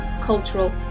cultural